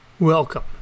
Welcome